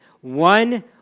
One